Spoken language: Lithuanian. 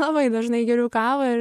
labai dažnai geriu kavą ir